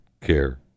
care